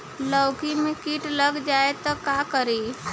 लौकी मे किट लग जाए तो का करी?